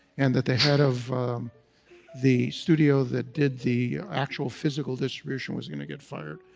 and that the head of the studio that did the actual physical distribution was going to get fired.